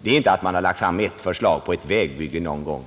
Det är inte fråga om att man har lagt fram ett förslag om ett vägbygge någon gång.